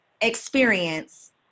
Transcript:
experience